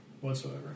whatsoever